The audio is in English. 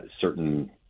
certain